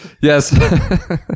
Yes